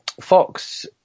Fox